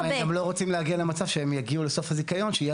הם גם לא רוצים להגיע למצב שהם יגיעו לסוף הזיכיון שיהיה